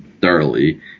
thoroughly